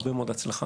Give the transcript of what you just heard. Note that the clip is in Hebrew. הרבה מאוד הצלחה.